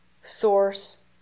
source